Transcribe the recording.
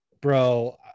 Bro